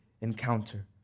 encounter